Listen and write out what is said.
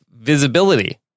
visibility